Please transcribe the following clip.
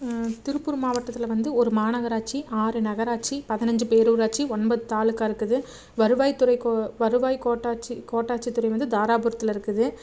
திருப்பூர் மாவட்டத்தில் வந்து ஒரு மாநகராட்சி ஆறு நகராட்சி பதினஞ்சு பேரூராட்சி ஒன்பது தாலுகா இருக்குது வருவாய்த்துறை கோ வருவாய் கோட்டாட்சி கோட்டாட்சித்துறை வந்து தாராபுரத்தில் இருக்குது